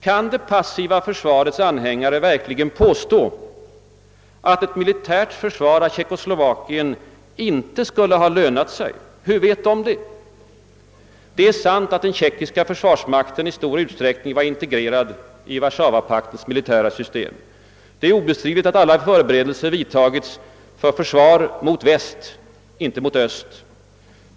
Kan det passiva försvarets anhängare verkligen påstå, att ett militärt försvar av Tjeckoslovakien inte skulle ha lönat sig? Hur vet de det? Det är sant att den tjeckiska försvarsmakten i stor utsträckning var integrerad i Warszawapaktens militära system. Det är obestridligt att alla förberedelser vidtagits för försvar mot väst, inte mot öst.